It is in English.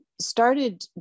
started